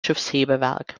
schiffshebewerk